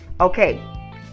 Okay